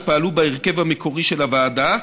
שפעלו בהרכב המקורי של הוועדה: